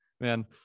man